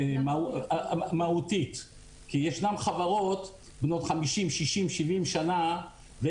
הגזמה מהותית; כי יש חברות בנות 70-60 שנה,